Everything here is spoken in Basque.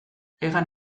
hegan